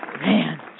Man